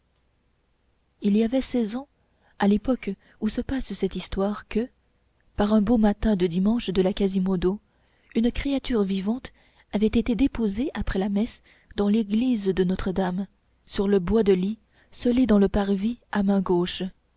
il y avait seize ans à l'époque où se passe cette histoire que par un beau matin de dimanche de la quasimodo une créature vivante avait été déposée après la messe dans l'église de notre-dame sur le bois de lit scellé dans le parvis à main gauche